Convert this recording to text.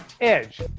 edge